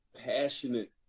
passionate